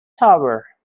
tower